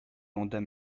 mandat